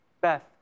Beth